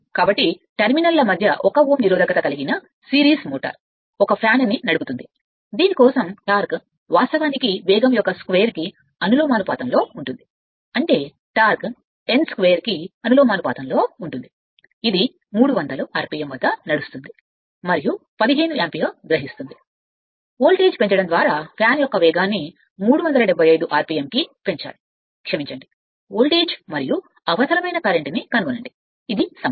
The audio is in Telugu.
కాబట్టి దాని మధ్య o F1 Ω నిరోధకత కలిగిన సిరీస్ మోటారు టెర్మినల్ ఒక పంఖా ని నడుపుతుంది దీని కోసం టార్క్ వాస్తవానికి వేగం యొక్క స్క్వేర్ కి అనులోమానుపాతంలో ఉంటుంది అంటే T n2 కిఅనులోమానుపాతంలోఉంటుంది ఇది 300 rpm వద్ద నడుస్తుంది మరియు 15 యాంపియర్ పడుతుంది పంఖా యొక్క వేగాన్ని 375 rpm కి పెంచాలి క్షమించండి వోల్టేజ్ పెంచడం ద్వారా వోల్టేజ్ మరియు అవసరమైన కరెంట్ను కనుగొనండి ఇది సమస్య